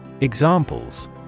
Examples